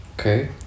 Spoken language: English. Okay